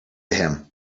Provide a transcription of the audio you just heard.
him